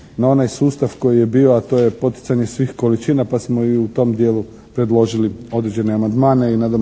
na onaj sustav koji je bio, a to je poticanje svih količina pa smo i u tom dijelu predložili određene amandmane